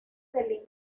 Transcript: del